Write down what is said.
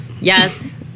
Yes